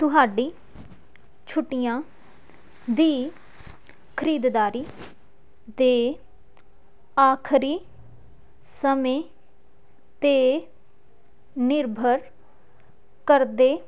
ਤੁਹਾਡੀ ਛੁੱਟੀਆਂ ਦੀ ਖ਼ਰੀਦਦਾਰੀ ਦੇ ਆਖ਼ਰੀ ਸਮੇਂ 'ਤੇ ਨਿਰਭਰ ਕਰਦੇ